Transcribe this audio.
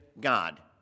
God